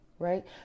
Right